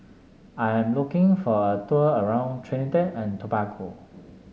I'm looking for a tour around Trinidad and Tobago